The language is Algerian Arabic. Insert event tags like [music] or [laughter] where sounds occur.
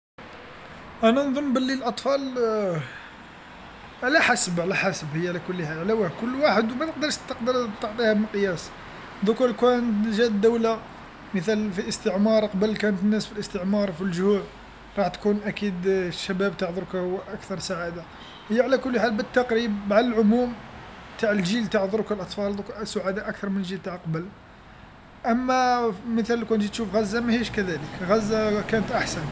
أنا نظن بلي الأطفال على [hesitation] حسب على حسب هي على كل حال على واه كل واحد ومتقدرش تقدر تعطيها بمقياس دوكا لو كان جات دوله مثال في الإستعمار قبل كانت الناس في الإستعمار في الجوع راح تكون أكيد الشباب تاع ذركا هو أكثر سعاده هي على كل حال بالتقريب مع العموم تاع الجيل تاع دروك الأطفال سعداء أكثر من الجيل تاع قبل، أما مثال لوكان تجي تشوف غزه ماهيش كذلك غزة كانت أحسن.